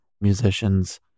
musicians